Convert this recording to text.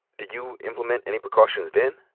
did you implement any precautions then?